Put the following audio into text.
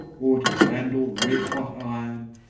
or to handle red-hot iron,